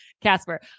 Casper